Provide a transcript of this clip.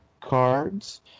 cards